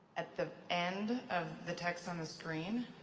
at the end of the text on the screen,